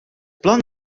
plan